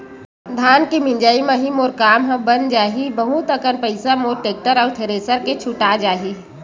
धान के मिंजई म ही मोर काम ह बन जाही बहुत कन पईसा मोर टेक्टर अउ थेरेसर के छुटा जाही